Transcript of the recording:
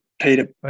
Peter